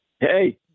Hey